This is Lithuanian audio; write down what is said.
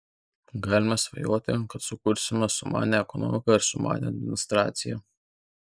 galima svajoti kad sukursime sumanią ekonomiką ir sumanią administraciją